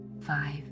five